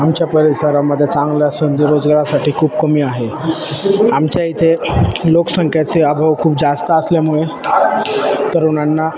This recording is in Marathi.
आमच्या परिसरामध्ये चांगल्या संधी रोजगारासाठी खूप कमी आहे आमच्या इथे लोकसंख्याचे अभाव खूप जास्त असल्यामुळे तरुणांना